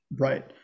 right